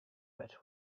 better